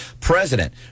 President